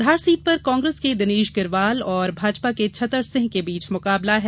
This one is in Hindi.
धार सीट पर कांग्रेस के दिनेश गिरवाल और भाजपा के छतर सिंह के बीच मुकाबला है